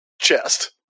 chest